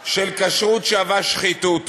של כשרות שווה שחיתות.